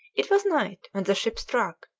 it was night when the ship struck,